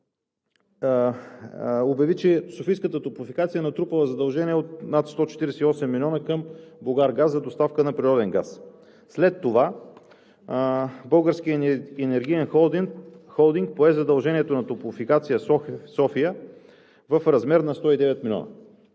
обяви, че софийската „Топлофикация“ е натрупала задължения от над 148 милиона към „Булгаргаз“ за доставка на природен газ. След това Българският енергиен холдинг пое задължението на „Топлофикация София“ в размер на 109 милиона.